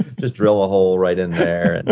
just drill a hole right in there and